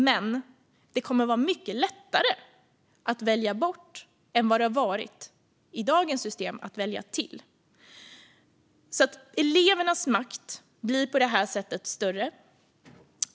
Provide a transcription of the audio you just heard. Men det kommer att vara mycket lättare att välja bort än vad det har varit i dagens system att välja till. Elevernas makt blir på detta sätt större.